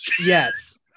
Yes